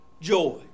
Joy